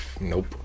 Nope